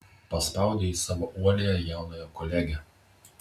paspaudė ji savo uoliąją jaunąją kolegę